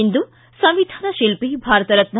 ಇಂದು ಸಂವಿಧಾನ ಶಿಲ್ಪಿ ಭಾರತ ರತ್ನ